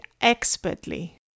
expertly